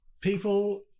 people